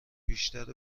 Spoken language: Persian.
بیشتر